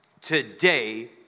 Today